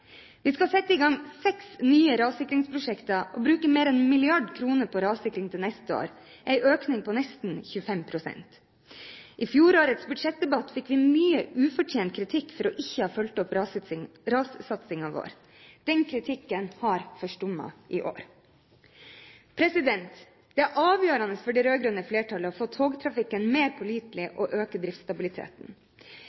Vi skal sette i gang seks nye rassikringsprosjekter og bruke mer enn 1 mrd. kr til rassikring neste år, en økning på nesten 25 pst. I fjorårets budsjettdebatt fikk vi mye ufortjent kritikk for ikke å ha fulgt opp rassatsingen vår. Den kritikken har forstummet i år. Det er avgjørende for det rød-grønne flertallet å få togtrafikken mer pålitelig